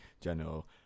general